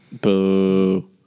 Boo